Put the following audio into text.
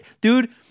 dude